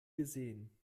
gesehen